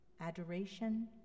adoration